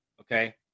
okay